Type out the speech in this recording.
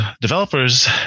developers